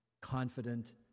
confident